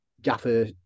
gaffer